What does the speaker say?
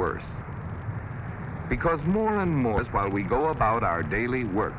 worse because more and more while we go about our daily work